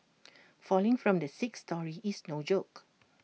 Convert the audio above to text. falling from the sixth storey is no joke